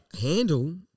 Handle